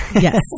yes